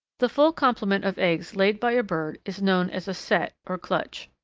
the full complement of eggs laid by a bird is known as a set or clutch.